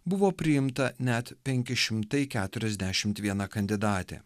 buvo priimta net penki šimtai keturiasdešimt viena kandidatė